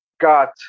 got